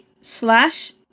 slash